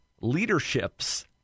Leadership's